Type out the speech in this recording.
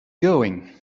going